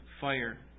fire